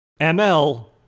ML